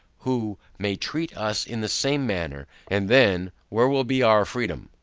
who may treat us in the same manner, and then, where will be our freedom?